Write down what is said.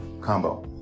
combo